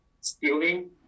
stealing